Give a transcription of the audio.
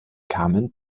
carmen